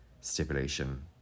stipulation